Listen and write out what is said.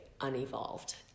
unevolved